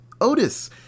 otis